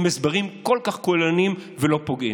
עם הסברים כל כך כוללניים ולא פוגעים.